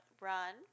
run